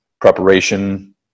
preparation